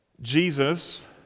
Jesus